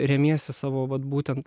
remiesi savo vat būtent